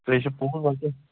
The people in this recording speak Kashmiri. تہِ ہے چھِ پوٚز اَدٕ کیٛاہ